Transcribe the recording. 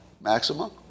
maximum